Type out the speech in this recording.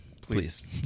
please